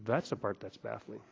that's the part that's baffling